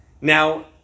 Now